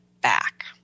back